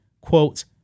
quote